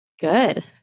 Good